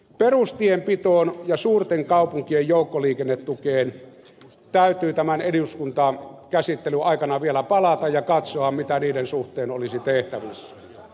perustienpitoon ja suurten kaupunkien joukkoliikennetukeen täytyy tämän eduskuntakäsittelyn aikana vielä palata ja katsoa mitä niiden suhteen olisi tehtävissä